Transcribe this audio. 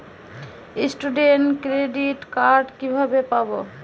Student credit card কিভাবে পাব?